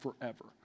forever